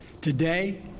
Today